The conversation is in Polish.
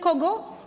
Kogo?